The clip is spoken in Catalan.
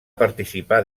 participar